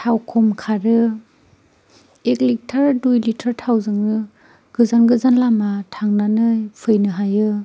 थाव खम खारो एक लिटार दुइ लिटार थावजोंनो गोजान गोजान लामा थांनानै फैनो हायो